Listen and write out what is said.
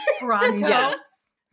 Yes